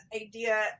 idea